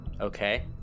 Okay